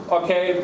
okay